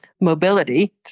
mobility